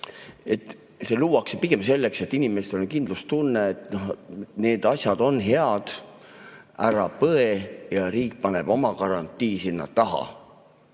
see luuakse pigem selleks, et inimestel oleks kindlustunne, et need asjad on head, ära põe, ja riik paneb oma garantii sinna taha.